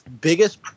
biggest